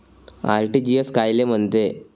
RTGS कायले म्हनते?